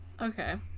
Okay